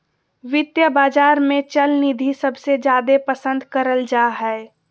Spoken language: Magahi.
वित्तीय बाजार मे चल निधि सबसे जादे पसन्द करल जा हय